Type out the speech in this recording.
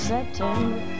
September